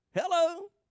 Hello